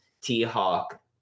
T-Hawk